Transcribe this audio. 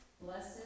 Blessed